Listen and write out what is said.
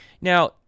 Now